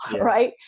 right